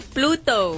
Pluto